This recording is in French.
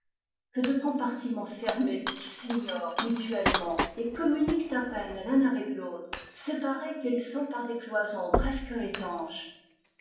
que de compartiments fermés qui s'ignorent mutuellement et communiquent à peine l'un avec l'autre séparés qu'ils sont par des cloisons presque étanches